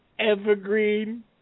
Evergreen